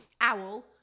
Owl